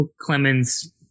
Clemens